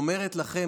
והיא אומרת לכם,